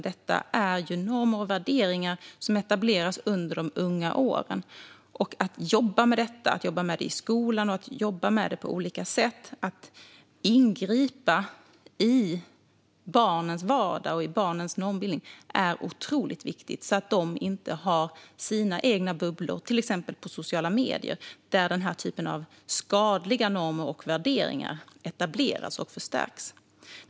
Det är normer och värderingar som etableras under de unga åren. Att jobba med detta i skolan och att på olika sätt ingripa i barnens vardag och normbildning är otroligt viktigt, så att de inte har sina egna bubblor, till exempel på sociala medier, där denna typ av skadliga normer och värderingar etableras och förstärks.